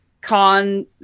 con